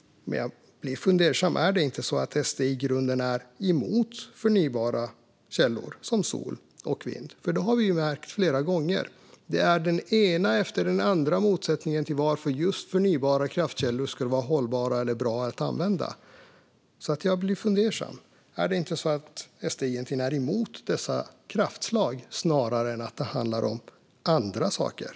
Men jag blir fundersam: Är det inte så att SD i grunden är emot förnybara källor som sol och vind? Det har vi nämligen märkt flera gånger; det är den ena protesten efter den andra mot att just förnybara kraftkällor skulle vara hållbara eller bra att använda. Jag blir alltså fundersam. Är det inte så att SD egentligen är emot dessa kraftslag, snarare än att det handlar om andra saker?